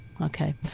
Okay